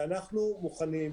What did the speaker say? אנחנו מוכנים,